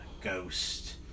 Ghost